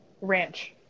ranch